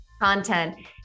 content